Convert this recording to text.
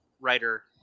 writer